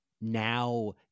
now